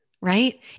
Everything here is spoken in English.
Right